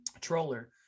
Troller